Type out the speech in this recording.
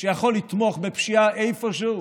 שיכול לתמוך בפשיעה איפשהו?